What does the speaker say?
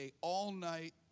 all-night